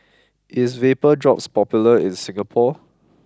is VapoDrops popular in Singapore